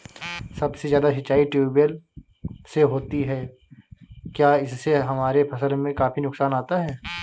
सबसे ज्यादा सिंचाई ट्यूबवेल से होती है क्या इससे हमारे फसल में काफी नुकसान आता है?